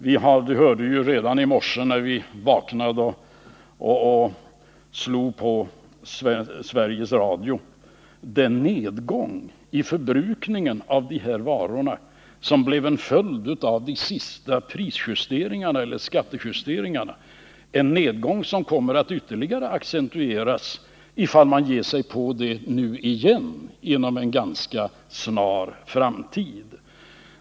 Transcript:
Vi hörde redan i morse när vi vaknade och slog på Sveriges Radio talas om den nedgång i förbrukningen av de här varorna som blev en följd av de senaste skattejusteringarna, en nedgång som kommer att ytterligare accentueras ifall man ger sig på dessa områden nu igen inom en ganska snar framtid.